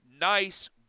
nice